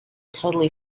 totally